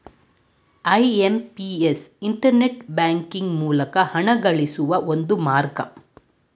IMPS internet banking ಮೂಲಕ ಹಣಗಳಿಸುವ ಒಂದು ಮಾರ್ಗ